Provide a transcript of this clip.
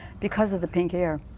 because of the pink hair.